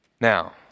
Now